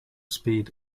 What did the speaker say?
speed